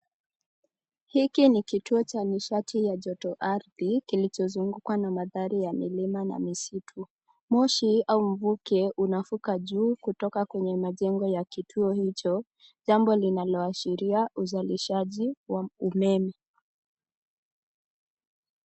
Hiki ni kituo cha nishati ya joto ardhi kilichozungukwa na mandhari ya milima na misitu. Moshi au mvuke unavuka juu kutoka kwenye majengo ya kituo hicho. Jambo linaloashiria uzalishaji wa umeme.